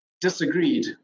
disagreed